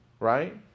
Right